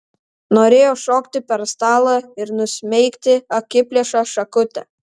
norėjo šokti per stalą ir nusmeigti akiplėšą šakute